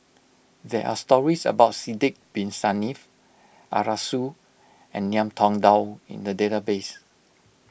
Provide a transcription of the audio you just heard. there are stories about Sidek Bin Saniff Arasu and Ngiam Tong Dow in the database